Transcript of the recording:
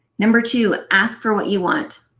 number two, ask for what you want.